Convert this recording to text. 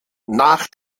nach